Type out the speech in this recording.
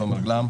תומר גלאם,